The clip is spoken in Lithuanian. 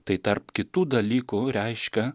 tai tarp kitų dalykų reiškia